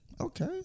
Okay